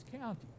County